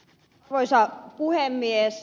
arvoisa puhemies